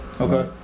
Okay